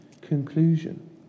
conclusion